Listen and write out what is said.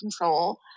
control